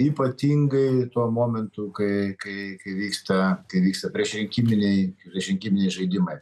ypatingai tuo momentu kai kai kai vyksta kai vyksta priešrinkiminiai priešrinkiminiai žaidimai